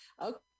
Okay